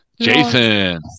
Jason